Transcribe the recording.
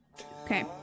Okay